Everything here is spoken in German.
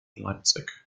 leipzig